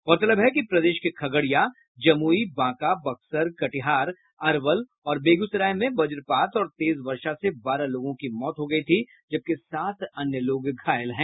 गौरतलब है कि प्रदेश के खगड़िया जमुई बांका बक्सर कटिहार अरवल और बेगूसराय में वज्रपात और तेज वर्षा से बारह लोगों की मौत हो गयी थी जबकि सात अन्य लोग घायल हैं